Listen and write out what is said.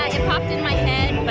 like it popped in my